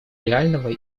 реального